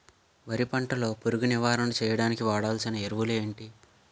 వరి పంట లో పురుగు నివారణ చేయడానికి వాడాల్సిన ఎరువులు ఏంటి?